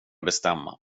bestämma